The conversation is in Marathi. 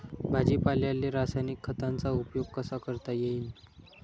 भाजीपाल्याले रासायनिक खतांचा उपयोग कसा करता येईन?